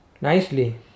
nicely